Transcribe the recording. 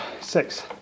Six